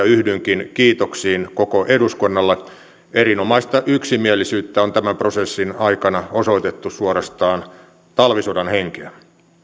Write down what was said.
yhdynkin kiitoksiin koko eduskunnalle erinomaista yksimielisyyttä on tämän prosessin aikana osoitettu suorastaan talvisodan henkeä